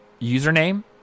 username